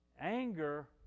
anger